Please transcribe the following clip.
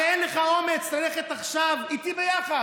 הרי אין לך אומץ ללכת עכשיו איתי ביחד.